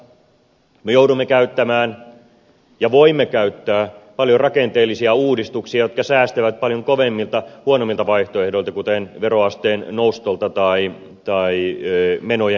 me joudumme käyttämään ja voimme käyttää paljon rakenteellisia uudistuksia jotka säästävät paljon kovemmilta huonommilta vaihtoehdoilta kuten veroasteen nostolta tai menojen karsinnalta